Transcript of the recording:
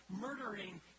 murdering